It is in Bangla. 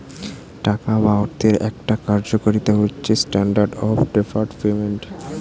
টাকা বা অর্থের একটা কার্যকারিতা হচ্ছে স্ট্যান্ডার্ড অফ ডেফার্ড পেমেন্ট